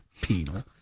Penal